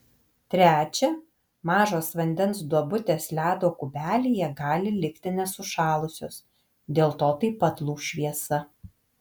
trečia mažos vandens duobutės ledo kubelyje gali likti nesušalusios dėl to taip pat lūš šviesa